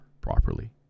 properly